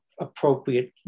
appropriate